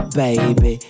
baby